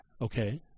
Okay